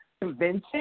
convincing